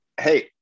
hey